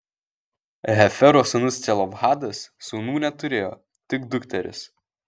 hefero sūnus celofhadas sūnų neturėjo tik dukteris